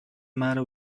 matter